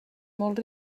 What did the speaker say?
molt